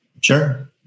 Sure